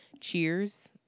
Cheers